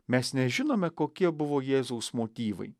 mes nežinome kokie buvo jėzaus motyvai